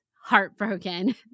heartbroken